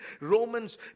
Romans